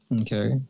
Okay